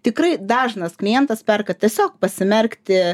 tikrai dažnas klientas perka tiesiog pasimerkti